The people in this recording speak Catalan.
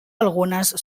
algunes